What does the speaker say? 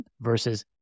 versus